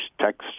text